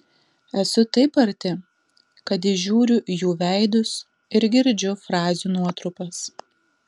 esu taip arti kad įžiūriu jų veidus ir girdžiu frazių nuotrupas